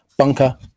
bunker